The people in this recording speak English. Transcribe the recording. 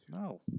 No